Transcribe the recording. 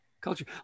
culture